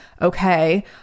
okay